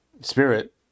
spirit